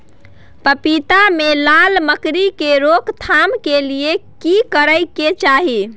पपीता मे लाल मकरी के रोक थाम के लिये की करै के चाही?